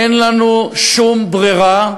אין לנו שום ברירה,